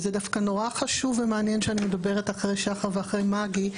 וזה דווקא נורא חשוב ומעניין שאני מדברת אחרי שחר ואחרי מגי.